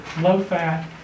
low-fat